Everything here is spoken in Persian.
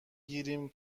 گیریم